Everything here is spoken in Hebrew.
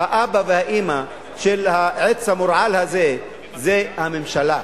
האבא והאמא של העץ המורעל הזה זה הממשלה,